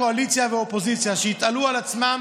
קואליציה ואופוזיציה שהתעלו על עצמם